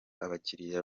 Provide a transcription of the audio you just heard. abakiliya